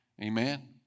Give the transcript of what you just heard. Amen